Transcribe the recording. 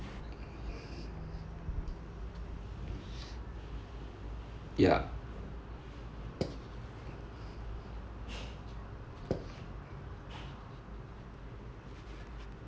ya